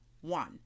One